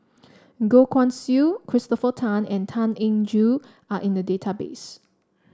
Goh Guan Siew Christopher Tan and Tan Eng Joo are in the database